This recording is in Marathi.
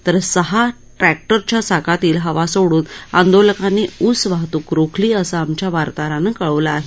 तर सहा ट्रॅक्टरच्या चाकातील हवा सोडून आंदोलकांनी ऊस वाहतूक रोखली असं आमच्या वार्ताहरानं कळवलं आहे